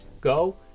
go